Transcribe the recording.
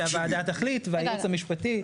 העמדה של השר היא שהוועדה תחליט והייעוץ המשפטי,